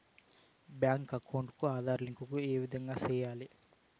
Bank account Aadhaar link ఏ విధంగా సెయ్యాలి?